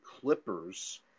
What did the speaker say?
Clippers